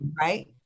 right